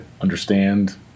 understand